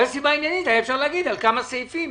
סיבה עניינית יכולה להיות על כמה סעיפים,